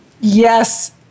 Yes